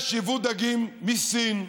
יש ייבוא דגים מסין,